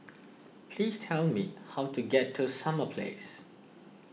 please tell me how to get to Summer Place